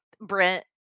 Brent